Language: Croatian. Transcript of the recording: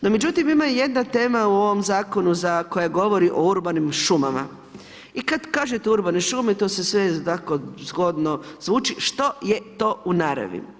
No, međutim, ima jedna tema u ovom zakonu koja govori o urbanim šumama i kad kažete urbane šume, to sve tako zgodno zvuči, što je to u naravi?